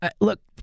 look